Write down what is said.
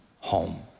home